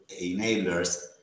enablers